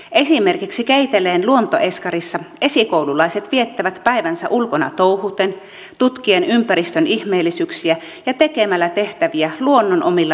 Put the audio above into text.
esimerkiksi keiteleen luontoeskarissa esikoululaiset viettävät päivänsä ulkona touhuten tutkien ympäristön ihmeellisyyksiä ja tekemällä tehtäviä luonnon omilla materiaaleilla